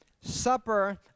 supper